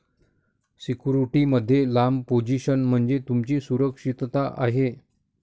security मध्ये लांब position म्हणजे तुमची सुरक्षितता आहे